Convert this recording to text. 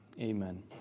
Amen